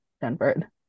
Denver